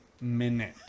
minute